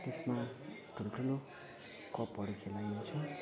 त्यसमा ठुल्ठुलो कपहरू खेलाइन्छ